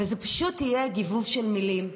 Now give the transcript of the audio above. וזה פשוט יהיה גיבוב של מילים,